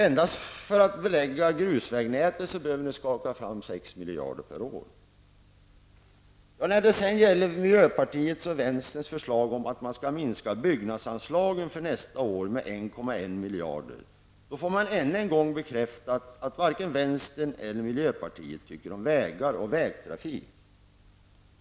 Enbart för att belägga grusvägnätet behöver ni skaka fram 1,1 miljard, bekräftar än en gång att varken vänstern eller miljöpartiet tycker om vägar och vägtrafik.